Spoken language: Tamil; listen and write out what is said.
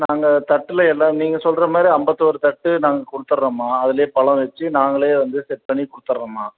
நாங்கள் தட்டில் எல்லா நீங்கள் சொல்கிற மாதிரி ஐம்பத்தோரு தட்டு நாங்கள் கொடுத்துறோம்மா அதில் பழம் வெச்சு நாங்களே வந்து செட் பண்ணி கொடுத்துறோம்மா